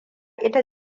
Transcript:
ita